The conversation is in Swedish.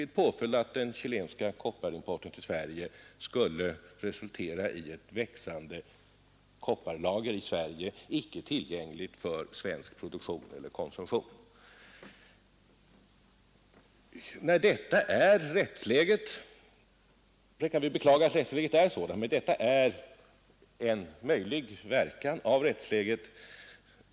Den chilenska kopparimporten till Sverige skulle då resultera i ett växande kvarstadsbelagt kopparlager i Sverige, icke tillgängligt för svensk produktion eller svensk konsumtion, Vi kan beklaga att rättsläget är sådant, men detta är en möjlig verkan av rättsläget.